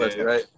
right